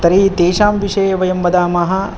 तर्हि तेषां विषये वयं वदामः